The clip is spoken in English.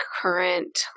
current